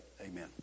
Amen